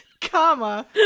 comma